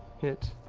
hit,